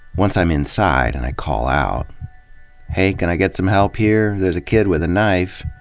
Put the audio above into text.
once i'm inside and i call out hey, can i get some help here? there's a kid with a knife